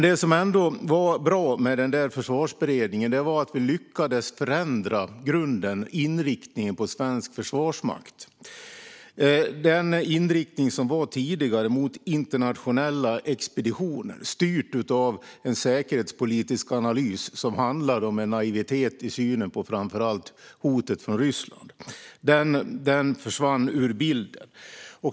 Det som ändå var bra med Försvarsberedningen var att vi lyckades förändra grunden och inriktningen på svensk försvarsmakt. Den inriktning som var tidigare var mot internationella expeditioner, styrt av en säkerhetspolitisk analys som handlade om en naivitet i synen på framför allt hotet från Ryssland. Den försvann ur bilden.